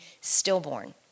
stillborn